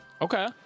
Okay